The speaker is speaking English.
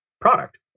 product